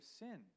sin